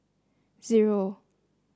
zero